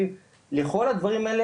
לכל הדברים האלה,